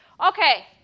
Okay